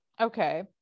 okay